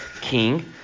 king